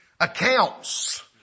accounts